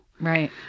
right